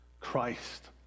Christ